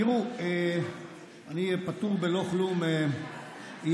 תראו, פטור בלא כלום אי-אפשר,